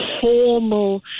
formal